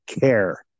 care